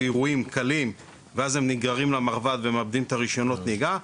אירועים קלים ואז הם נגררים למרב"ד ומאבדים את רישיון הנהיגה.